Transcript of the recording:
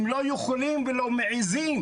הם לא יכולים ולא מעזים.